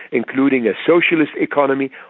including a socialist economy,